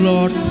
Lord